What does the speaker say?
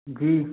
जी